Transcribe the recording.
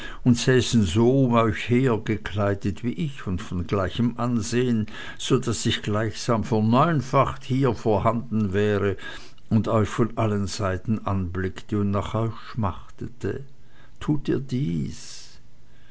säßen so um euch her gekleidet wie ich und von gleichem ansehen so daß ich gleichsam verneunfacht hier vorhanden wäre und euch von allen seiten anblickte und nach euch schmachtete tut ihr dies